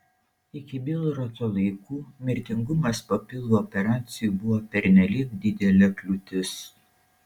iki bilroto laikų mirtingumas po pilvo operacijų buvo pernelyg didelė kliūtis